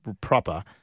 proper